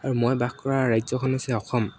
আৰু মই বাস কৰা ৰাজ্যখন হৈছে অসম